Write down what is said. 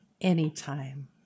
anytime